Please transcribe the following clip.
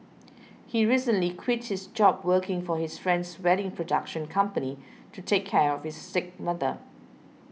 he recently quit his job working for his friend's wedding production company to take care of his sick mother